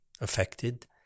affected